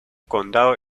condado